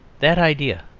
that idea,